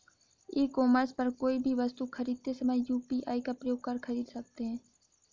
ई commerce पर कोई भी वस्तु खरीदते समय यू.पी.आई का प्रयोग कर खरीद सकते हैं